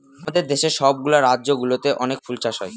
আমাদের দেশের সব গুলা রাজ্য গুলোতে অনেক ফুল চাষ হয়